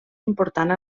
important